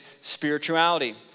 spirituality